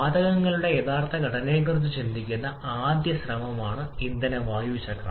വാതകങ്ങളുടെ യഥാർത്ഥ ഘടനയെക്കുറിച്ച് ചിന്തിക്കുന്ന ആദ്യ ശ്രമമാണ് ഇന്ധന വായു ചക്രം